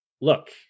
look